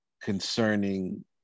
concerning